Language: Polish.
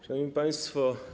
Szanowni Państwo!